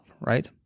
right